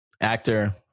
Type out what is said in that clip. actor